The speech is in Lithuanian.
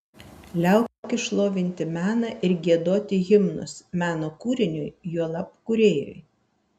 liaukis šlovinti meną ir giedoti himnus meno kūriniui juolab kūrėjui